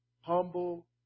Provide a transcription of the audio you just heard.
Humble